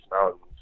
mountains